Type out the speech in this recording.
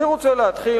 אני רוצה להתחיל,